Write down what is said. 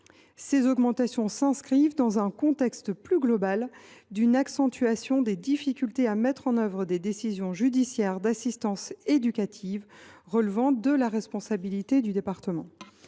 Cette évolution s’inscrit dans un contexte plus large d’accentuation des difficultés de mise en œuvre des décisions judiciaires d’assistance éducative relevant de la responsabilité du département.